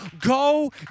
go